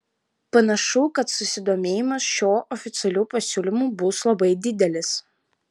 panašu kad susidomėjimas šiuo oficialiu pasiūlymu bus labai didelis